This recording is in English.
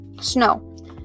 snow